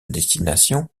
destination